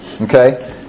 Okay